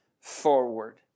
forward